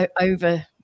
over